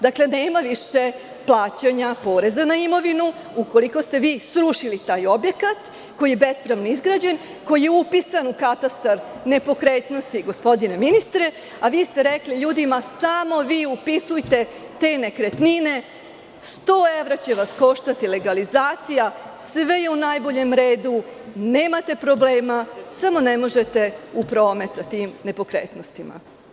Dakle, nema više plaćanja poreza na imovinu, ukoliko ste vi srušili taj objekat koji je bespravno izgrađen, koji je upisan u katastar nepokretnosti, gospodine ministre, a vi ste rekli ljudima – samo vi upisujte te nekretnine, 100 evra će vas koštati legalizacija, sve je u najboljem redu, nemate problema, samo ne možete u promet sa tim nepokretnostima.